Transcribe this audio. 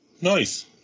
Nice